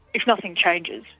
if nothing changes,